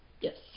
yes